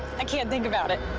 i can't think about it.